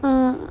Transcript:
mm